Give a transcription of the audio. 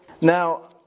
Now